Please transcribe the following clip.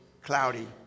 cloudy